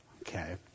Okay